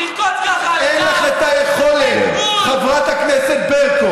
אני חושב שחברת הכנסת ברקו,